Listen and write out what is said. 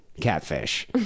catfish